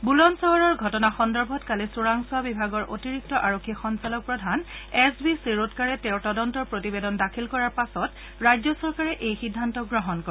বুলন্দ চহৰৰ ঘটনা সন্দৰ্ভত কালি চোৰাংচোৱা বিভাগৰ অতিৰিক্ত আৰক্ষী সঞ্চালক প্ৰধান এছ ভি খিৰোদকাৰে তেওঁৰ তদন্তৰ প্ৰতিবেদন দাখিল কৰাৰ পাছত ৰাজ্য চৰকাৰে এই সিদ্ধান্ত গ্ৰহণ কৰে